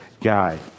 guy